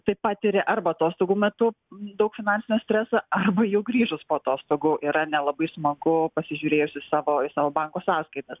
tai patiria arba atostogų metu daug finansinio streso arba jau grįžus po atostogų yra nelabai smagu pasižiūrėjus savo į savo banko sąskaitas